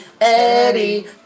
Eddie